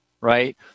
right